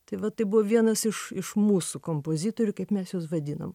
tai va tai buvo vienas iš iš mūsų kompozitorių kaip mes juos vadinam